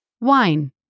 Wine